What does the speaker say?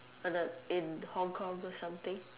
other in Hong-Kong or something